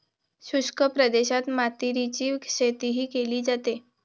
शुष्क प्रदेशात मातीरीची शेतीही केली जाते